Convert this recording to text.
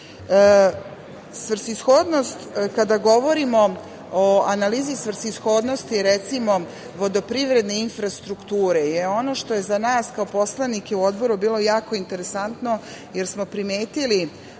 zakonskih normi. Kada govorimo o analizi svrsishodnosti vodoprivredne infrastrukture, ono što je za nas kao poslanike u Odboru bilo jako interesantno jeste što smo primetili